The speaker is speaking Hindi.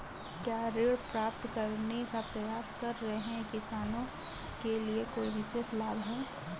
क्या ऋण प्राप्त करने का प्रयास कर रहे किसानों के लिए कोई विशेष लाभ हैं?